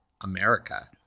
America